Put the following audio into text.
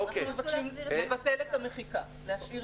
לבטל את המחיקה ולהשאיר